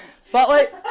spotlight